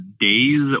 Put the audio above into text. days